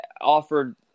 offered